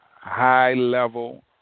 high-level